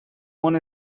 món